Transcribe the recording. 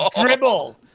Dribble